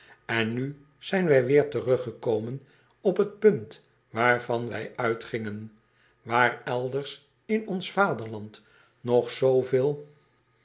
n nu zijn wij weêr teruggekomen op het punt waarvan wij uitgingen aar elders in ons vaderland nog zooveel